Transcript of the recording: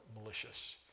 malicious